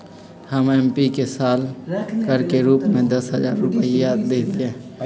हम एम्की के साल कर के रूप में दस हज़ार रुपइया देलियइ